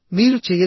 మీరు చెయ్యగలరు